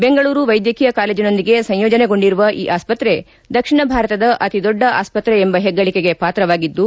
ಬೆಂಗಳೂರು ವೈದ್ಯಕೀಯ ಕಾಲೇಜನೊಂದಿಗೆ ಸಂಯೋಜನೆಗೊಂಡಿರುವ ಈ ಆಸ್ಷತ್ರೆ ದಕ್ಷಿಣ ಭಾರತದ ಅತಿದೊಡ್ಡ ಆಸ್ಪತ್ರೆ ಎಂಬ ಹೆಗ್ಗಳಿಕೆಗೆ ಪಾತ್ರವಾಗಿದ್ದು